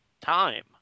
time